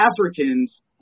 Africans